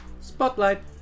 Spotlight